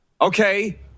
okay